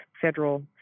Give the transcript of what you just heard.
federal